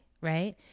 right